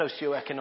socioeconomic